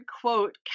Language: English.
quote